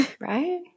right